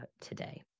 today